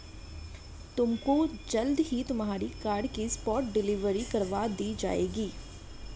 तुमको जल्द ही तुम्हारी कार की स्पॉट डिलीवरी करवा दी जाएगी